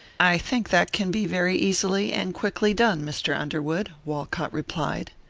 i think that can be very easily and quickly done, mr. underwood, walcott replied.